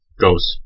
goes